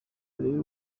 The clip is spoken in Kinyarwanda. turebe